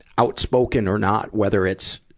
outspoken or not, whether it's,